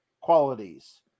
qualities